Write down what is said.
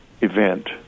event